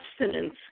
abstinence